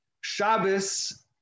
Shabbos